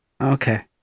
Okay